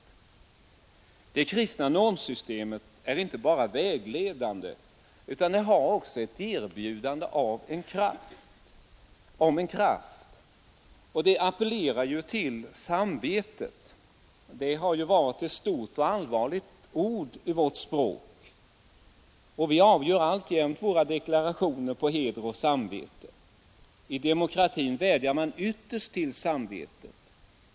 Det kristna normsystemet är inte bara vägledande utan det har också ett erbjudande om en kraft, och det appellerar till samvetet. Detta har ju varit ett stort och allvarligt ord i vårt språk. Vi avger alltjämt våra deklarationer på heder och samvete. I demokratin vädjar man ytterst till samvetet.